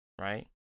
right